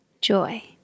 Joy